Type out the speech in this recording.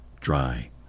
dry